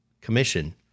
commission